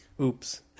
Oops